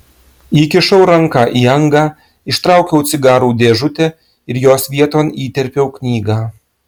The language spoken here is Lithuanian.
įkišau ranką į angą ištraukiau cigarų dėžutę ir jos vieton įterpiau knygą